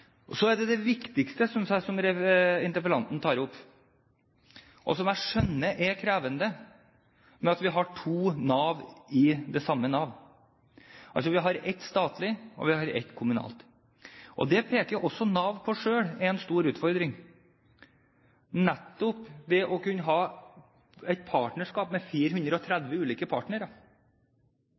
Så til det viktigste – synes jeg – som interpellanten tar opp, og som jeg skjønner er krevende, at vi har to Nav i det samme Nav – altså et statlig og et kommunalt. Nav selv peker også på at det er en stor utfordring nettopp det å kunne ha et partnerskap med 430 ulike partnere.